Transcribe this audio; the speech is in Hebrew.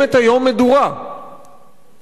ובדיוק מכיוון שקיימת היום מדורה,